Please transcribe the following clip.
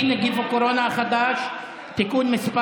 (נגיף הקורונה החדש) (הוראת שעה) (תיקון מס'